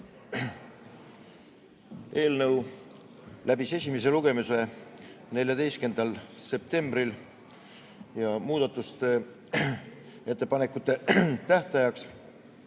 Eelnõu läbis esimese lugemise 14. septembril ja muudatusettepanekute tähtaeg